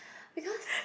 because